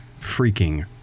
freaking